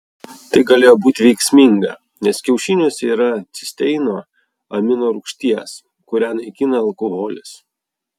tai galėjo būti veiksminga nes kiaušiniuose yra cisteino amino rūgšties kurią naikina alkoholis